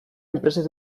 enpresek